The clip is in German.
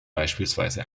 beispielsweise